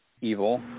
evil